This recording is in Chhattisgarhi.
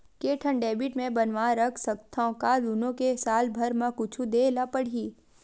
के ठन डेबिट मैं बनवा रख सकथव? का दुनो के साल भर मा कुछ दे ला पड़ही?